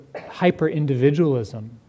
hyper-individualism